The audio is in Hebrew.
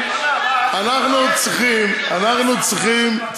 אנחנו צריכים,